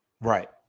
right